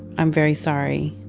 i'm very sorry